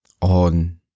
on